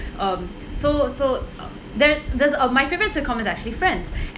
um so so that those uh my favorite sitcoms is actually friends